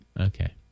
Okay